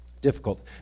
difficult